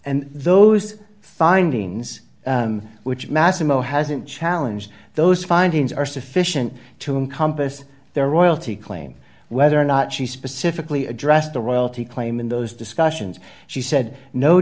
and those findings which massimo hasn't challenge those findings are sufficient to encompass their royalty claim whether or not she specifically addressed the royalty claim in those discussions she said no